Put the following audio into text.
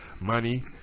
money